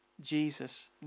Jesus